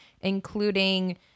including